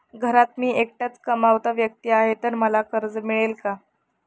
घरात मी एकटाच कमावता व्यक्ती आहे तर मला कर्ज मिळेल का?